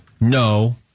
No